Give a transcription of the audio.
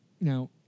Now